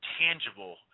tangible